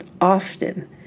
often